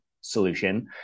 solution